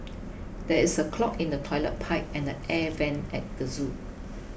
there is a clog in the Toilet Pipe and the Air Vents at the zoo